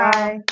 Bye